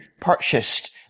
purchased